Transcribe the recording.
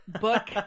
book